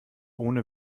ohne